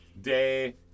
day